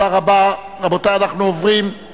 התרבות והספורט נתקבלה.